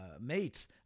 mates